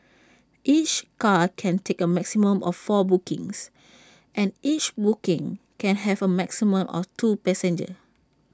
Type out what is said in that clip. each car can take A maximum of four bookings and each booking can have A maximum of two passengers